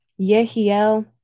Yehiel